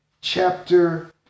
chapter